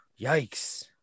Yikes